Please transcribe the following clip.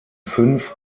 fünf